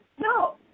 No